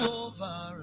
over